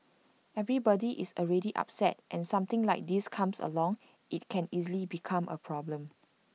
everybody is already upset and something like this comes along IT can easily become A problem